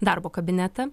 darbo kabinetą